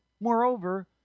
moreover